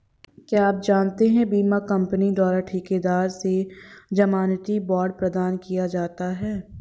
क्या आप जानते है बीमा कंपनी द्वारा ठेकेदार से ज़मानती बॉण्ड प्रदान किया जाता है?